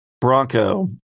Bronco